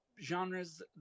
genres